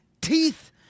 teeth